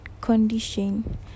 condition